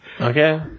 Okay